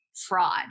fraud